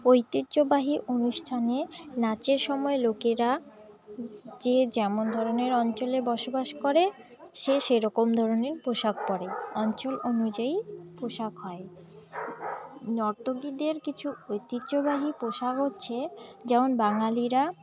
ঐতিহ্যবাহী অনুষ্ঠানে নাচের সময় লোকেরা যে যেমন ধরনের অঞ্চলে বসবাস করে সে সেরকম ধরনের পোশাক পরে অঞ্চল অনুযায়ী পোশাক হয় নর্তকীদের কিছু ঐতিহ্যবাহী পোশাক হচ্ছে যেমন বাঙালিরা